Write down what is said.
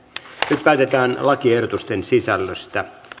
nyt päätetään lakiehdotusten sisällöstä